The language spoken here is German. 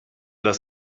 das